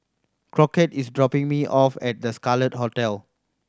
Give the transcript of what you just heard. Crockett is dropping me off at The Scarlet Hotel